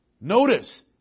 Notice